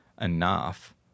enough